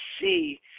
see